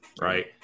Right